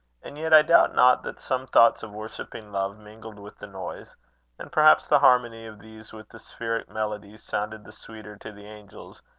and yet i doubt not that some thoughts of worshipping love mingled with the noise and perhaps the harmony of these with the spheric melodies, sounded the sweeter to the angels,